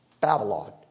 Babylon